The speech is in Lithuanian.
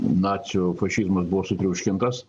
nacių fašizmas buvo sutriuškintas